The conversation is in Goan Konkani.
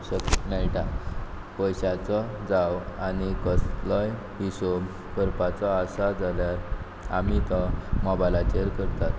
मेळटा पयश्याचो जावं आनी कसलोय हिशोब करपाचो आसा जाल्यार आमी तो मोबायलाचेर करतात